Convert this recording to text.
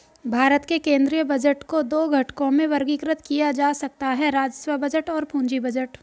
भारत के केंद्रीय बजट को दो घटकों में वर्गीकृत किया जा सकता है राजस्व बजट और पूंजी बजट